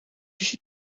did